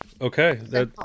okay